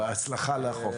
בהצלחה לחוק.